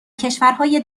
کشورهای